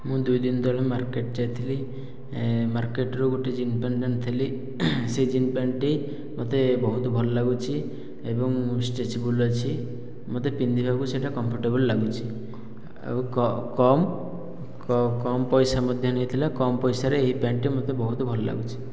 ମୁଁ ଦୁଇଦିନ ତଳେ ମାର୍କେଟ ଯାଇଥିଲି ଏଁ ମାର୍କେଟରୁ ଗୋଟିଏ ଜିନ୍ସ ପ୍ୟାଣ୍ଟ ଆଣିଥିଲି ସେ ଜିନ୍ସ ପ୍ୟାଣ୍ଟଟି ମୋତେ ବହୁତ ଭଲ ଲାଗୁଛି ଏବଂ ଷ୍ଟ୍ରେଚେବୁଲ ଅଛି ମୋତେ ପିନ୍ଧିବାକୁ ସେଇଟା କମ୍ଫର୍ଟେବୁଲ ଲାଗୁଛି ଆଉ କମ କମ ପଇସା ମଧ୍ୟ ନେଇଥିଲା କମ ପଇସାରେ ଏହି ପ୍ୟାଣ୍ଟଟି ମୋତେ ବହୁତ ଭଲ ଲାଗୁଛି